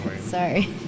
sorry